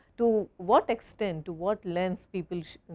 to what extent, to what lengths people